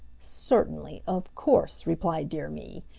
certainly. of course, replied dear me.